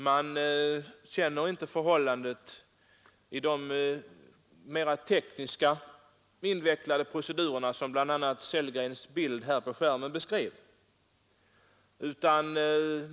Man känner inte till förhållandet i de mera Nr 33 tekniska, invecklade procedurer som bl.a. herr Sellgren beskrev genom Torsdagen den att visa en bild på skärmen.